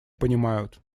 понимают